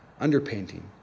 Underpainting